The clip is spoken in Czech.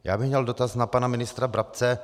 Já bych měl dotaz na pana ministra Brabce.